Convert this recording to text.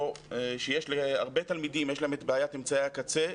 שיש להרבה תלמידים את בעיית אמצעי הקצה,